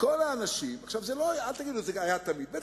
אל תגידו שזה היה תמיד.